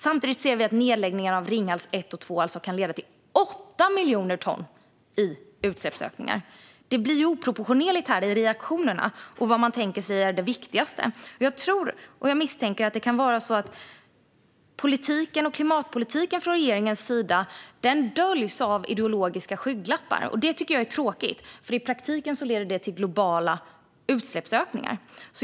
Samtidigt ser vi alltså att nedläggningen av Ringhals 1 och 2 kan leda till 8 miljoner ton i utsläppsökning. Det blir oproportionerligt i reaktionerna och vad man tänker sig är det viktigaste. Jag tror och misstänker att det kan vara så att regeringens politik och klimatpolitik döljs av ideologiska skygglappar. Det tycker jag är tråkigt, för i praktiken leder det till globala utsläppsökningar.